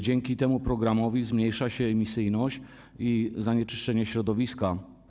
Dzięki temu programowi zmniejsza się emisyjność i zanieczyszczenie środowiska.